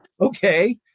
Okay